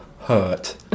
hurt